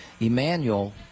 Emmanuel